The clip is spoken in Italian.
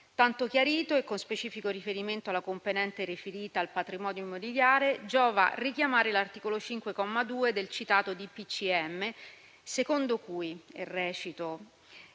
Tanto chiarito e con specifico riferimento alla componente riferita al patrimonio immobiliare, giova richiamare l'articolo 5, comma 2, del citato DPCM, secondo cui il